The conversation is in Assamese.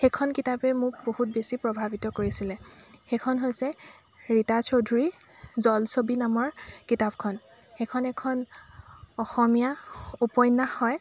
সেইখন কিতাপে মোক বহুত বেছি প্ৰভাৱিত কৰিছিলে সেইখন হৈছে ৰীতা চৌধুৰীৰ জলছবি নামৰ কিতাপখন সেইখন এখন অসমীয়া উপন্যাস হয়